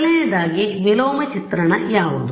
ಮೊದಲನೆಯದಾಗಿ ವಿಲೋಮ ಚಿತ್ರಣ ಯಾವುದು